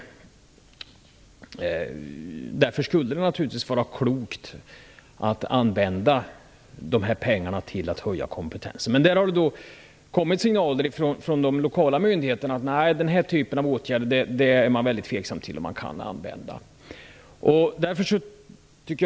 Därför vore det naturligtvis klokt att använda dessa pengar till att höja kompetensen. Men det har då kommit signaler från de kommunala myndigheterna om att man där är väldigt tveksam i fråga om man kan använda den här typen av åtgärder.